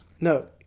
No